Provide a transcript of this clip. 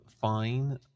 fine